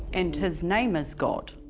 and his name is god?